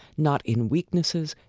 not in weaknesses,